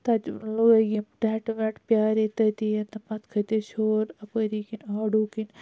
تَتہِ لٲگ یِم ٹیٚنٹ ویٚنٹ پیارے تٔتیَن تہٕ پَتہٕ کھٔتۍ أسۍ ہیٚور اَپٲری کِنۍ آڈو کِنۍ